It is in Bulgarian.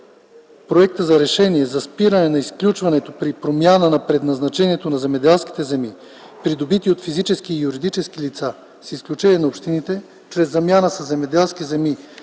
проектът за Решение за спиране на изключването при промяна на предназначението на земеделски земи, придобити от физически и юридически лица, с изключение на общините, чрез замяна със земеделски земи